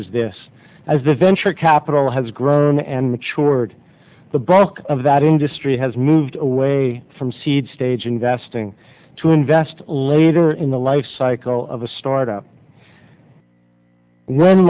is this as the venture capital has grown and mature the bulk of that industry has moved away from seed stage investing to invest later in the lifecycle of a startup when